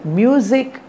music